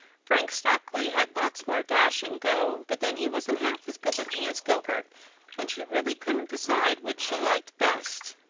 frank stockley had lots more dash and go, but then he wasn't half as good-looking as gilbert and she really couldn't decide which she liked best!